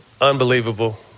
Unbelievable